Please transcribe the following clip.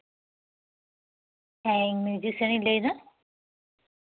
ᱦᱮᱸ ᱤᱧ ᱢᱤᱭᱩᱡᱤᱥᱤᱭᱟᱱᱤᱧ ᱞᱟᱹᱭᱫᱟ